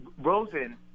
Rosen